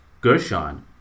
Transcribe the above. Gershon